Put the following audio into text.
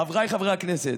חבריי חברי הכנסת,